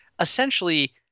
essentially